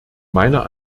meiner